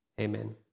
Amen